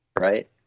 right